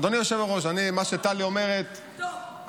אדוני יושב הראש, מה שטלי אומרת, קדוש.